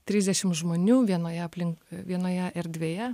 trisdešimt žmonių vienoje aplink vienoje erdvėje